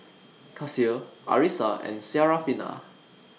Kasih Arissa and Syarafina